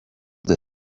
the